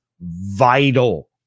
vital